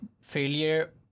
failure